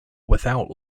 without